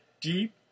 deep